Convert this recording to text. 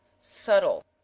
subtle